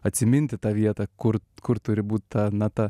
atsiminti tą vietą kur kur turi būt ta nata